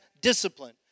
discipline